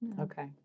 Okay